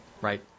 right